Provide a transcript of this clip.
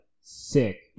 sick